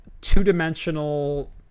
two-dimensional